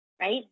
right